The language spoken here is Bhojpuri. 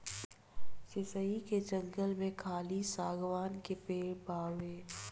शीशइ के जंगल में खाली शागवान के पेड़ बावे